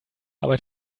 arbeit